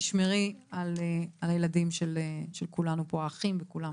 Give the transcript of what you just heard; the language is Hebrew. תשמרי על הילדים של כולנו פה, האחים, כולם.